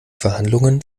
verhandlungen